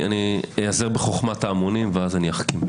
אני איעזר בחוכמת ההמונים ואז אני אחכים.